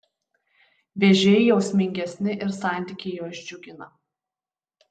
vėžiai jausmingesni ir santykiai juos džiugina